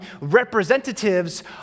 representatives